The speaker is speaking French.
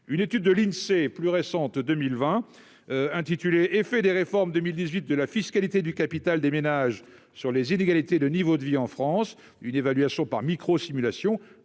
une étude de l'Insee, plus récente, 2020 intitulé effets des réformes 2018 de la fiscalité du capital des ménages sur les inégalités de niveau de vie en France, une évaluation par micro-simulations